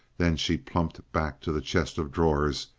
then she plumped back to the chest of drawers,